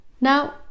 now